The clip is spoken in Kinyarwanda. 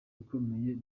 ibikomeye